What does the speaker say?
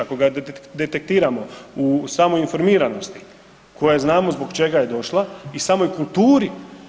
Ako ga detektiramo u samoj informiranosti koja znamo zbog čega je došla i samoj kulturi.